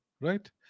right